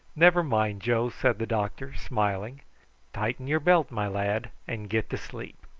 never mind, joe, said the doctor smiling tighten your belt, my lad, and get to sleep.